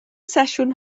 sesiwn